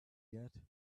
yet